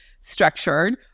structured